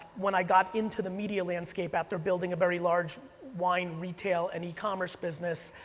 when i got into the media landscape after building a very large wine retail and e-commerce business,